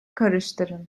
karıştırın